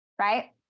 right